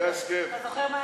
ואחריה,